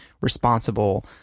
responsible